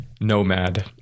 nomad